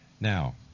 Now